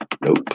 Nope